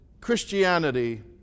Christianity